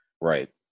Right